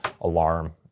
alarm